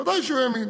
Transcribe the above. ודאי שהוא האמין.